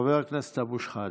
חבר הכנסת אבו שחאדה.